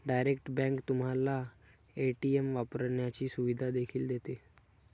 direct bank तुम्हाला ATM वापरण्याची सुविधा देखील देते